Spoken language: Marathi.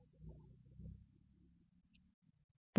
तर एका युनिट्सचे उत्पादन वाढल्यामुळे या 10 रुपयांनी खर्च वाढला आहे